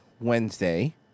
Wednesday